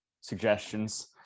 suggestions